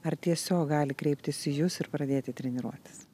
ar tiesiog gali kreiptis į jus ir pradėti treniruotis